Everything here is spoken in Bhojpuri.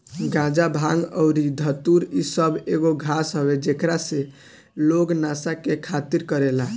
गाजा, भांग अउरी धतूर इ सब एगो घास हवे जेकरा से लोग नशा के खातिर करेले